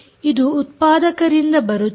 ಇದು ಉತ್ಪಾದಕರಿಂದ ಬರುತ್ತದೆ